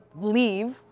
leave